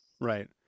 right